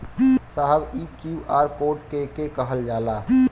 साहब इ QR code के के कहल जाला?